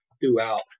throughout